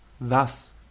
Thus